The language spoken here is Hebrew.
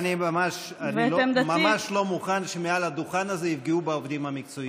אני ממש לא מוכן שמעל הדוכן הזה יפגעו בעובדים המקצועיים.